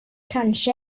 kanske